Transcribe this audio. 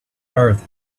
earth